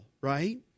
Right